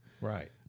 Right